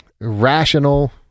rational